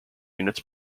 units